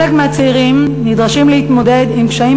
חלק מהצעירים נדרשים להתמודד עם קשיים